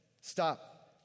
Stop